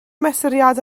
mesuriad